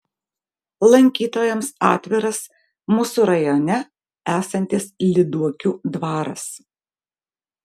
lankytojams atviras mūsų rajone esantis lyduokių dvaras